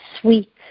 sweet